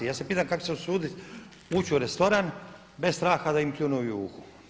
Ja se pitam kako će se usuditi ući u restoran bez straha da im pljunu u juhu.